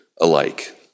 alike